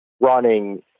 running